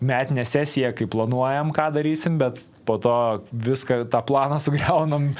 metinę sesiją kai planuojam ką darysim bet po to viską tą planą sugriaunam